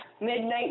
midnight